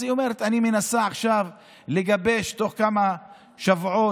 אז היא אומרת: אני מנסה עכשיו לגבש תוך כמה שבועות